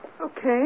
Okay